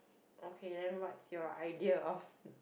okay then what's your idea of